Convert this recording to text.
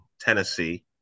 Tennessee